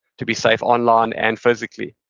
to be safe online and physically.